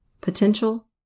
potential